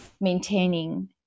maintaining